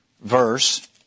verse